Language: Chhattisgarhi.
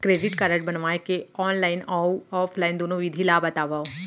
क्रेडिट कारड बनवाए के ऑनलाइन अऊ ऑफलाइन दुनो विधि ला बतावव?